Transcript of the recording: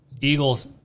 Eagles